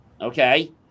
okay